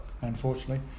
Unfortunately